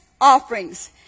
offerings